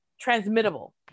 Transmittable